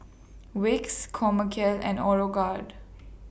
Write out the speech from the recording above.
Vicks Chomel and Aeroguard